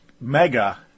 mega